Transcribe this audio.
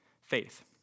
faith